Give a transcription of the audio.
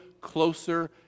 closer